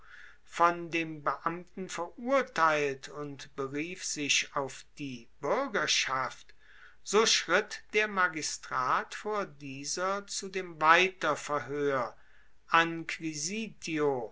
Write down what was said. von dem beamten verurteilt und berief sich auf die buergerschaft so schritt der magistrat vor dieser zu dem weiterverhoer